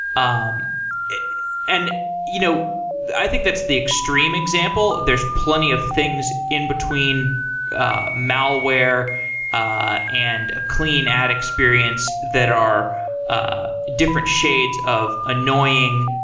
um and you know i think that's the extreme example. there's plenty of things in between ah malware ah and clean ad experience that are ah different different shades of annoying,